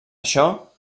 això